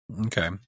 okay